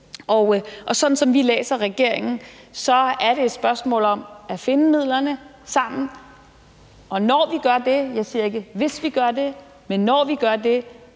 Og sådan som vi læser regeringen, er det et spørgsmål om at finde midlerne sammen, og når vi gør det – jeg siger ikke, hvis vi gør det, men når vi gør det